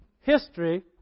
history